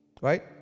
right